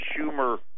Schumer